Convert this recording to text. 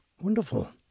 Wonderful